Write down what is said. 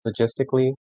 logistically